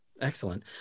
Excellent